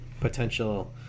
potential